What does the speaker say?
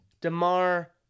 DeMar